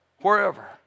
Wherever